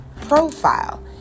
profile